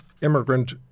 immigrant